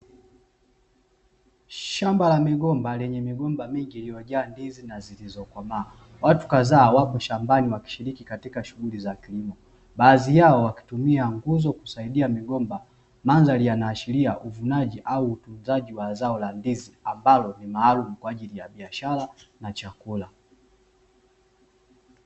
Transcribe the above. Shamba la migomba, lenye migomba mingi iliyojaa ndizi na zilizokomaa. Watu kadhaa wapo shambani wakishiriki katika shughuli za kilimo. Baadhi yao wakitumia nguzo kusaidi migomba. Mandhari yanaashiria uvunaji au utunzaji wa zao la ndizi ambalo ni maalum kwaajili ya biashara na chakula.